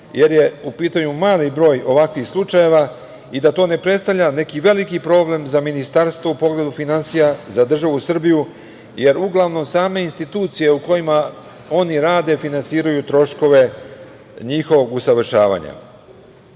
jer je u pitanju mali broj ovakvih slučajeva i da to ne predstavlja neki veliki problem za Ministarstvo u pogledu finansija, za državu Srbiju, jer uglavnom same institucije u kojima oni rade, finansiraju troškove njihovog usavršavanja. Osim